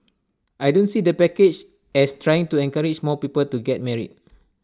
I don't see the package as trying to encourage more people to get married